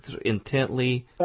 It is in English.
intently